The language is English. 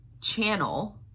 channel